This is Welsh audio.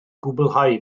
gwblhau